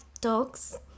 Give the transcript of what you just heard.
dogs